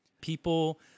People